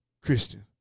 Christian